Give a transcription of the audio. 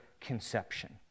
conception